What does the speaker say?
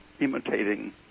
imitating